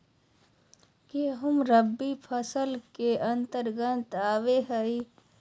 गेंहूँ रबी फसल के अंतर्गत आबो हय